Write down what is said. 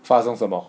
发生什么